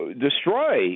destroy